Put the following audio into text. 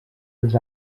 els